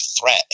threat